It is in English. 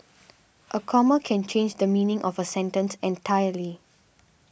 a comma can change the meaning of a sentence entirely